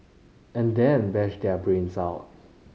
and then bash their brains out